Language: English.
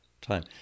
time